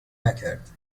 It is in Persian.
نکرد